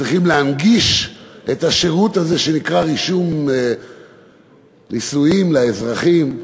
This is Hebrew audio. צריכים להנגיש את השירות הזה שנקרא רישום נישואים לאזרחים.